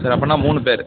சரி அப்படின்னா மூணு பேர்